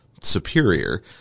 superior